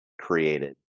created